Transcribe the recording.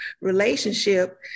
relationship